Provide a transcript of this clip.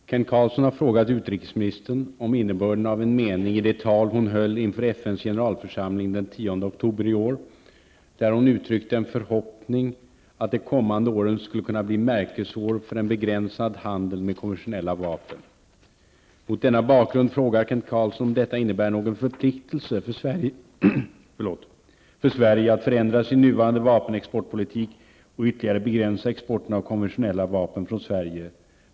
Herr talman! Kent Carlsson har frågat utrikesministern om innebörden av en mening i det tal hon höll inför FNs generalförsamling den 10 oktober i år, där hon uttryckte en förhoppning att de kommande åren skulle kunna bli märkesår för en begränsad handel med konventionella vapen. Mot denna bakgrund frågar Kent Carlsson om detta innebär någon förpliktelse för Sverige att förändra sin nuvarande vapenexportpolitik och ytterligare begränsa exporten av konventionella vapen från Sverige.